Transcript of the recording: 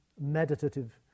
meditative